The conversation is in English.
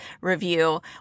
review